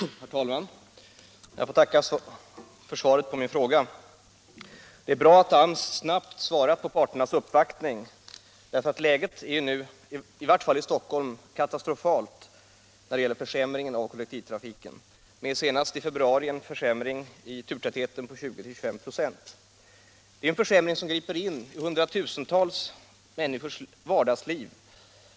Herr talman! Jag får tacka för svaret på min fråga. Det är bra att AMS snabbt svarar på parternas uppvaktning, eftersom läget är katastrofalt genom försämringen av kollektivtrafiken, i varje fall i Stockholm där vi nu i februari fått vidkännas en försämring av turtätheten med 20-25 4. Det är en försämring som griper in i hundratusentals människors vardagsliv.